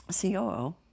COO